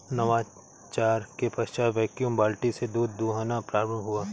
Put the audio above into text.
नवाचार के पश्चात वैक्यूम बाल्टी से दूध दुहना प्रारंभ हुआ